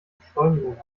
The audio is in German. beschleunigung